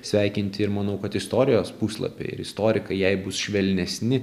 sveikinti ir manau kad istorijos puslapiai ir istorikai jai bus švelnesni